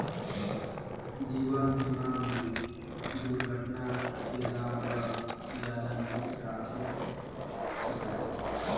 जीवन बीमा में दुरघटना के लाभ ल जादा नई राखे सकाये